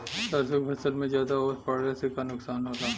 सरसों के फसल मे ज्यादा ओस पड़ले से का नुकसान होला?